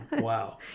Wow